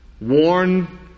warn